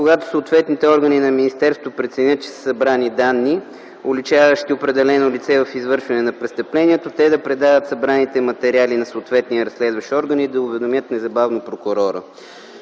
когато съответните органи на министерството преценят, че са събрани данни, уличаващи определено лице в извършване на престъплението, те да предават събраните материали на съответния разследващ орган и да уведомят незабавно прокурора.